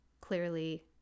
clearly